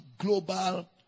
Global